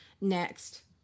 next